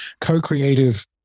co-creative